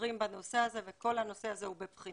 חוזרים בנושא הזה, וכל הנושא הזה הוא בבחינה.